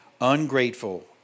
ungrateful